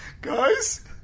Guys